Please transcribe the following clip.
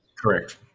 Correct